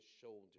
shoulder